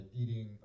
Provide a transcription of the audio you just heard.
eating